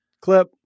clip